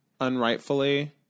unrightfully